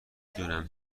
دونم